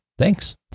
Thanks